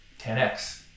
10x